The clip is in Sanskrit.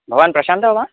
भवान् प्रशान्तो वा